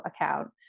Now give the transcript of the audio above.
account